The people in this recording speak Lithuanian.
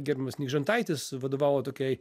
gerbiamas nikžentaitis vadovavo tokiai